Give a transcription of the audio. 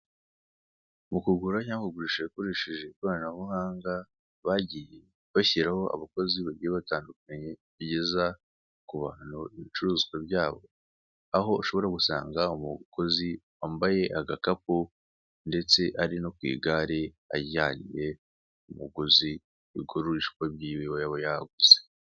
Mu kugura cyangwa kugurisha yakoresheje ikoranabuhanga bagiye bashyiraho abakozi bagiye batandukanye bageza ku bantu ibicuruzwa byabo aho ushobora gusanga umukozi wambaye agakapu ndetse ari no kwigare ajyaniye umuguzi ibigurishwa byiwe aba yaguze.